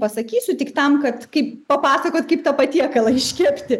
pasakysiu tik tam kad kaip papasakot kaip tą patiekalą iškepti